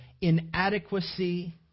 inadequacy